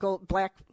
black